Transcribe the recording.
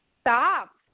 stop